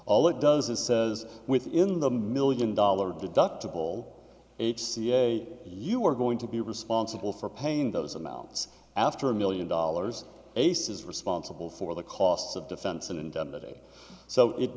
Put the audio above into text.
all it does is says within the million dollar deductible h c a you are going to be responsible for paying those amounts after a million dollars ace is responsible for the costs of defense and indemnity so it